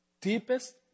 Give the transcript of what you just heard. deepest